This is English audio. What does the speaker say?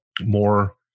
more